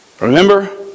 Remember